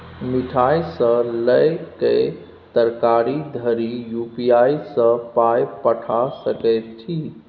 मिठाई सँ लए कए तरकारी धरि यू.पी.आई सँ पाय पठा सकैत छी